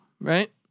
right